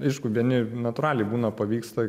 aišku vieni natūraliai būna pavyksta